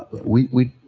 we, we,